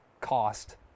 cost